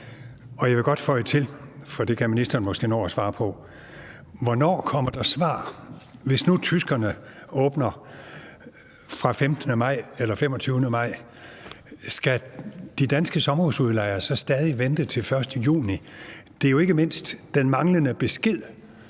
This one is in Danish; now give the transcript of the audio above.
Og jeg vil godt føje til, for det kan ministeren måske nå at svare på: Hvornår kommer der svar? Hvis nu tyskerne åbner fra den 15. maj eller den 25. maj, skal de danske sommerhusudlejere så stadig vente til den 1. juni? Det er jo ikke mindst den manglende besked,